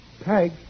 Peg